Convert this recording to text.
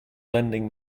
lending